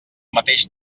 mateix